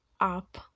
up